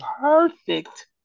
perfect